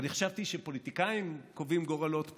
אני חשבתי שפוליטיקאים קובעים גורלות פה.